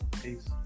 Peace